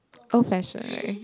old fashion right